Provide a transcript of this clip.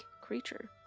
creature